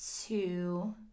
two